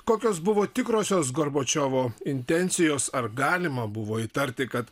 kokios buvo tikrosios gorbačiovo intencijos ar galima buvo įtarti kad